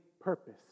purpose